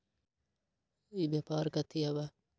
ई व्यापार कथी हव?